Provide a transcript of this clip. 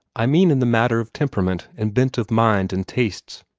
i mean in the matter of temperament and bent of mind and tastes.